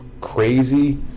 crazy